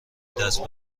دست